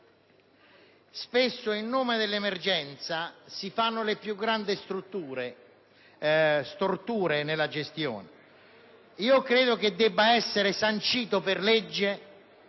spesso in nome dell'emergenza si fanno le più grandi storture nella gestione. Credo che invece dovrebbe essere sancita per legge